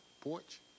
Porch